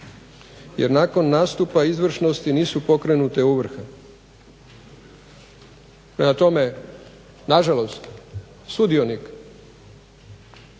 jer nakon nastupa izvršnosti nisu pokrenute ovrhe. Prema tome nažalost, sudionik